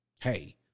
hey